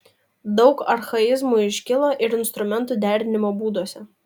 daug archaizmų išliko ir instrumentų derinimo būduose